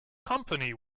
company